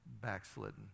backslidden